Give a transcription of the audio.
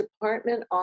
department